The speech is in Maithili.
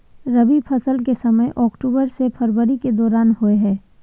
रबी फसल के समय अक्टूबर से फरवरी के दौरान होय हय